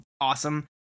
awesome